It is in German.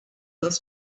aus